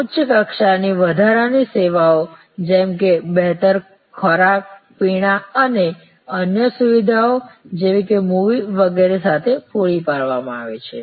ઊંચ કક્ષા ની વધારાની સેવાઓ જેમ કે બહેતર ખોરાક પીણા અને અન્ય સુવિધાઓ જેવી કે મૂવી વગેરે સાથે પૂરી પાડવામાં આવે છે